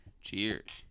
Cheers